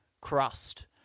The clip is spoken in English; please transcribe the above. crust